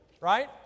right